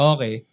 Okay